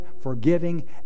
forgiving